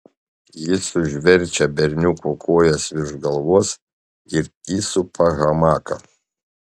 jis užverčia berniuko kojas virš galvos ir įsupa hamaką